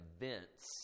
events